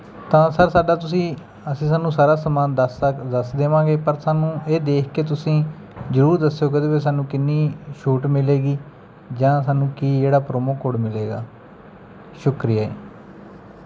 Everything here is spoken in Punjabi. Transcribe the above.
ਤਾਂ ਸਰ ਸਾਡਾ ਤੁਸੀਂ ਅਸੀਂ ਸਾਨੂੰ ਸਾਰਾ ਸਮਾਨ ਦੱਸ ਸਕ ਦੱਸ ਦੇਵਾਂਗੇ ਪਰ ਸਾਨੂੰ ਇਹ ਦੇਖ ਕੇ ਤੁਸੀਂ ਜ਼ਰੂਰ ਦੱਸਿਓ ਕਿ ਉਹਦੇ ਵਿੱਚ ਸਾਨੂੰ ਕਿੰਨੀ ਛੂਟ ਮਿਲੇਗੀ ਜਾਂ ਸਾਨੂੰ ਕੀ ਜਿਹੜਾ ਪ੍ਰੋਮੋ ਕੋਡ ਮਿਲੇਗਾ ਸ਼ੁਕਰੀਆ ਜੀ